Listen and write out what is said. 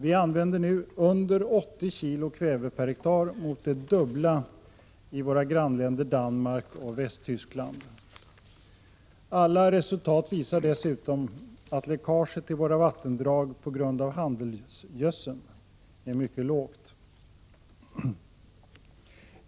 Vi använder nu under 80 kg kväve per hektar mot det dubbla i våra grannländer Danmark och Västtyskland. Alla resultat visar dessutom att läckaget till våra vattendrag på grund av handelsgödseln är mycket lågt.